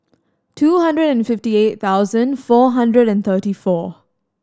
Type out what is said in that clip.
two hundred and fifty eight thousand four hundred and thirty four